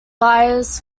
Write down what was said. buyers